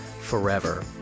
forever